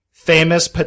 Famous